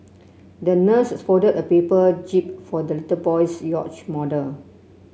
the nurse folded a paper jib for the little boy's yacht model